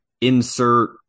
insert